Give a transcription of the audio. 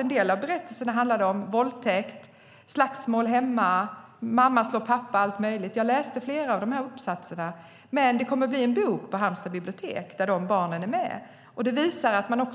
En del av berättelserna handlade om våldtäkt, slagsmål hemma, mamma slår pappa och allt möjligt. Jag läste flera av uppsatserna, och det kommer att bli en bok på Halmstads bibliotek där barnen medverkar. Det visar att man